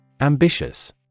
Ambitious